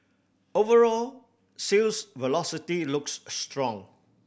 overall sales velocity looks strong